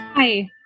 Hi